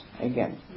again